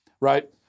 right